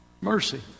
Mercy